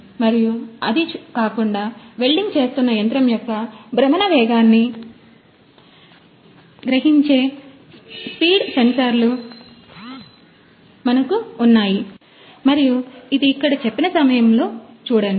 మరియు అది కాకుండా వెల్డింగ్ చేస్తున్న యంత్రం యొక్క భ్రమణ వేగాన్ని గ్రహించే స్పీడ్ సెన్సార్లు మనకు ఉన్నాయి మరియు ఇది ఇక్కడ చెప్పిన సమయంలో చూడండి